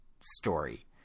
story